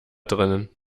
drinnen